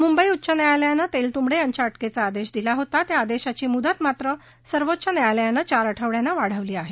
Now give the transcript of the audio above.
मुंबई उच्च न्यायालयानं तेलतुंबडे यांच्या अटकेचा आदेश दिला होता त्या आदेशाची मुदत मात्र सर्वोच्च न्यायालयानं चार आठवड्यानं वाढवली आहे